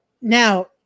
now